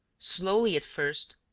slowly at first,